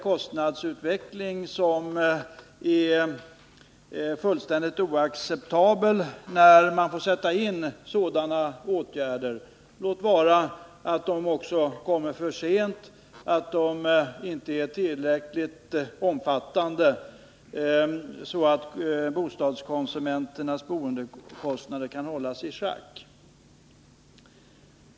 Kostnadsutvecklingen här måste ju vara fullständigt oacceptabel när man måste sätta in sådana åtgärder — låt vara att de kommer för sent, att de inte är tillräckligt omfattande för att bostadskonsumenternas boendekostnader skall kunna hållas i schack.